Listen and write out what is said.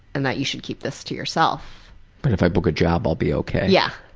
and that you should keep this to yourself. but if i book a job it'll be ok? yeah.